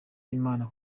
imana